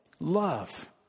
love